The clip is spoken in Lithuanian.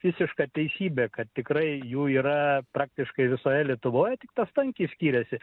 visiška teisybė kad tikrai jų yra praktiškai visoje lietuvoj tik tas tankis skiriasi